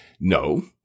No